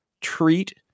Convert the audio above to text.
treat